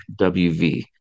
WV